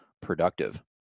productive